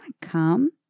come